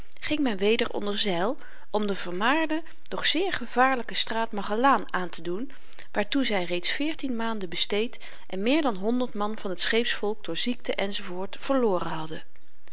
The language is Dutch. ging men weder onderzeil om de vermaarde doch zeer gevaarlyke straat magellaan aan te doen waartoe zy reeds veertien maanden besteed en meer dan honderd man van het scheepsvolk door ziekten enz verloren hadden